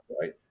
right